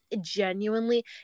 genuinely